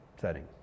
setting